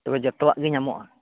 ᱛᱚᱵᱮ ᱡᱚᱛᱚᱣᱟᱜ ᱜᱮ ᱧᱟᱢᱚᱜᱼᱟ